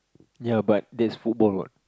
ya but that's football what